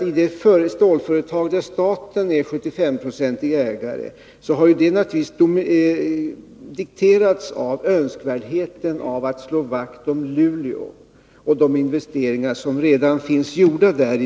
I det stålföretag som staten äger till 75 9o har arbetet naturligtvis dikterats av önskvärdheten att slå vakt om Luleå och de investeringar i metallurgi som redan finns gjorda där.